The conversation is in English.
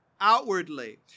outwardly